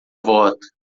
voto